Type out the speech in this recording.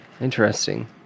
Interesting